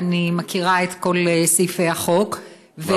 אני מכירה את כל סעיפי החוק, ברור לי.